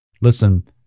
listen